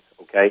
okay